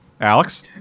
Alex